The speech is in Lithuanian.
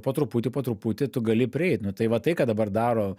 po truputį po truputį tu gali prieit nu tai va tai ką dabar daro